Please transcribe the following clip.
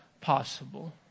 possible